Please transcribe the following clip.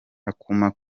akuma